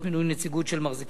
באמצעות מינוי נציגות של מחזיקים.